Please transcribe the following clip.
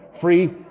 free